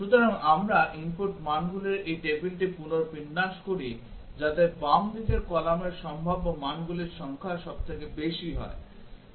সুতরাং আমরা input মানগুলির এই টেবিলটি পুনর্বিন্যাস করি যাতে বাম দিকের কলামে সম্ভাব্য মানগুলির সংখ্যা সবচেয়ে বেশি হয়